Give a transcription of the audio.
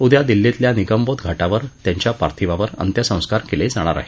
उद्या दिल्लीतल्या निगमबोध घाटावर त्यांच्या पार्थिवावर अंत्यसंस्कार केले जाणार आहेत